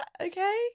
Okay